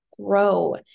grow